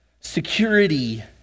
security